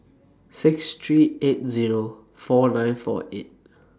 six three eight Zero four nine four eight